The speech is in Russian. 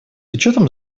учетом